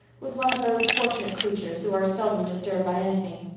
was one of those fortunate creatures who are seldom disturbed by anything.